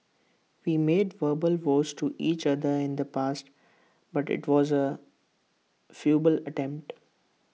we made verbal vows to each other in the past but IT was A futile attempt